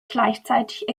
gleichzeitig